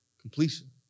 completion